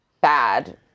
bad